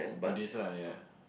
Buddhist ah ya